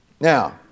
Now